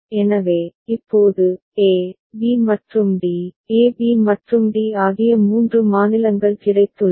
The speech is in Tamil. எனவே இப்போது a b மற்றும் d a b மற்றும் d ஆகிய மூன்று மாநிலங்கள் கிடைத்துள்ளன